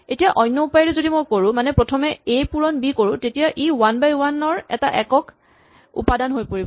এতিয়া অন্য উপায়েৰে যদি মই কৰো মানে প্ৰথমে এ পূৰণ বি কৰো তেতিয়া ই ৱান বাই ৱান ৰ এটা একক উপাদান হৈ পৰিব